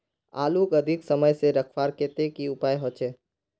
आलूक अधिक समय से रखवार केते की उपाय होचे?